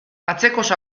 atzekoz